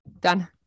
Done